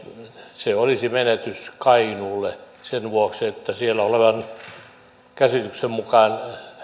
se olisi menetys kainuulle sen vuoksi että siellä olevan käsityksen mukaan